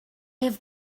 have